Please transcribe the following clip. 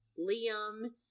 Liam